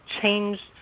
changed